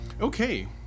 Okay